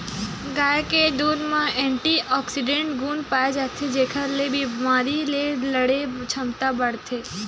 गाय के दूद म एंटीऑक्सीडेंट गुन पाए जाथे जेखर ले बेमारी ले लड़े के छमता बाड़थे